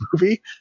movie